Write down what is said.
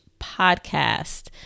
podcast